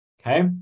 Okay